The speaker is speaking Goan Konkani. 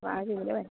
वाज येयलो गे बाय